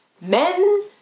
Men